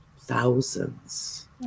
thousands